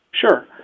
Sure